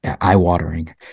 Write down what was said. eye-watering